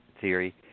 theory